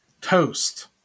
Toast